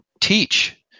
teach